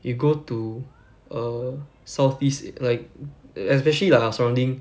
you go to err south east like especially like our surrounding